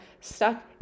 stuck